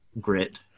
grit